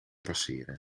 passeren